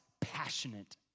passionate